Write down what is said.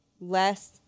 less